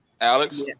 Alex